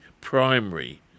primary